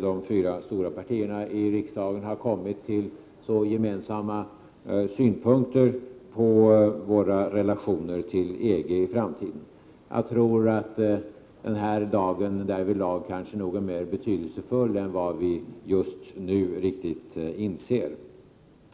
1987/88:114 stora partierna i riksdagen har kommit fram till så sammanfallande synpunk 4 maj 1988 ter när det gäller våra framtida relationer till EG. Jag tror att den här dagen härvidlag kanske är mer betydelsefull än vad vi just nu inser.